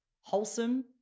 wholesome